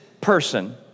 person